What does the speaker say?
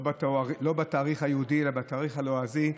לא בתאריך היהודי אלא בתאריך הלועזי,